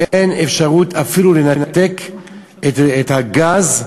אין אפשרות אפילו לנתק את הגז,